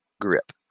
grip